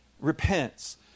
repents